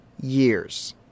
years